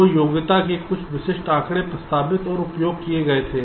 तो योग्यता के कुछ विशिष्ट आंकड़े प्रस्तावित और उपयोग किए गए थे